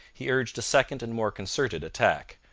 he urged a second and more concerted attack.